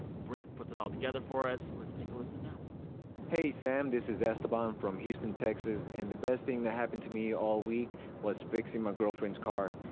brent puts it all together for us. let's take a listen now hey, sam. this is esteban from houston, texas. and the best thing that happened to me all week was fixing my girlfriend's car.